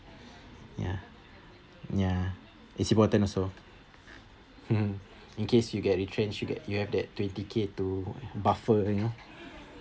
ya ya it's important also mmhmm in case you get retrenched you get you have that twenty k to buffering ah